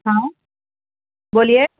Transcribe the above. ہاں بولیے